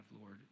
Lord